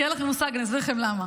כי אין לכם מושג, אני אסביר לכם למה.